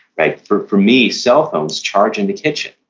like for for me, cell phones charge in the kitchen.